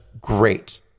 Great